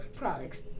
products